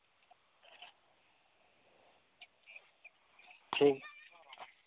ᱴᱷᱤᱠ